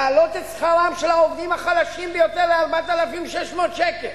להעלות את שכרם של העובדים החלשים ביותר ל-4,600 שקל.